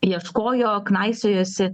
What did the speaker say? ieškojo knaisiojosi